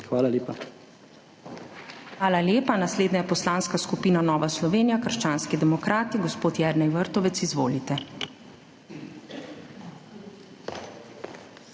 ZUPANČIČ:** Hvala lepa. Naslednja je Poslanska skupina Nova Slovenija – krščanski demokrati. Gospod Jernej Vrtovec, izvolite!